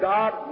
God